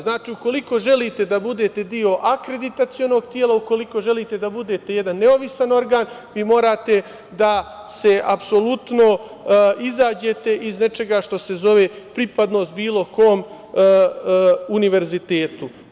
Znači, ukoliko želite da budete deo akreditacionog tela, ukoliko želite da budete jedan nezavisan organ, vi morate da apsolutno izađete iz nečega što se zove pripadnost bilo kom univerzitetu.